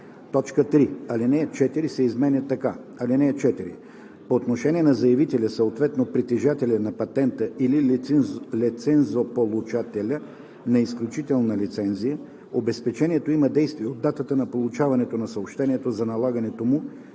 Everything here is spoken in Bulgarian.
3. Алинея 4 се изменя така: „(4) По отношение на заявителя, съответно притежателя на патента или лицензополучателя на изключителна лицензия, обезпечението има действие от датата на получаването на съобщението за налагането му,